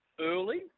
early